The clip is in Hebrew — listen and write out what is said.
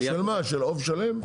של מה, של עוף שלם?